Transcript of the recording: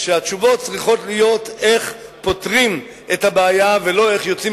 שהתשובות צריכות להיות איך פותרים את הבעיה ולא איך יוצאים